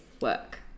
work